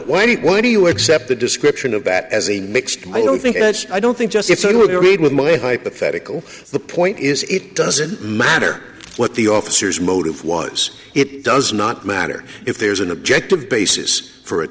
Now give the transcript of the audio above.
when why do you accept the description of that as a mixed i don't think that's i don't think just it's only read with my hypothetical the point is it doesn't matter what the officers motive was it does not matter if there's an objective basis for a